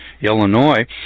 Illinois